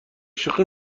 شوخی